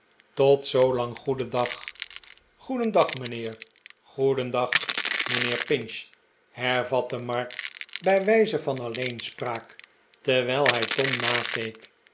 tot zoolang goedendag goedendag mijnheer goedendag mijnheer pinch hervatte mark bij wijze van alleenspraak terwijl hij tom nakeek